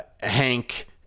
Hank